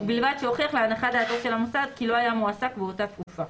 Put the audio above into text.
ובלבד שהוכיח להנחת דעתו של המוסד כי לא היה מועסק באותה תקופה."